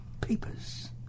Papers